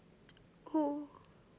oh